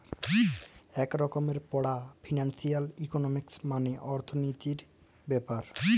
ইক রকমের পড়া ফিলালসিয়াল ইকলমিক্স মালে অথ্থলিতির ব্যাপার